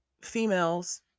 females